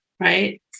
right